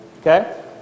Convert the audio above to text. okay